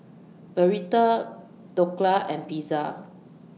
Burrito Dhokla and Pizza